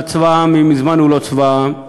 אבל צבא העם הוא מזמן לא צבא העם,